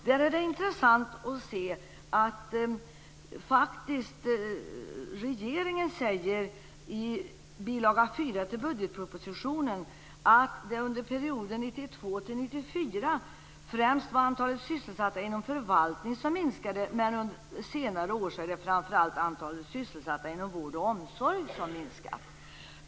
Det är intressant att regeringen i bilaga 4 till budgetpropositionen säger att det under perioden 1992 1994 främst var antalet sysselsatta inom förvaltning som minskade medan det under senare år främst var antalet sysselsatta inom vård och omsorg som har minskat.